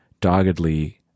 doggedly